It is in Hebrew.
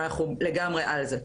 ואנחנו לגמרי על זה.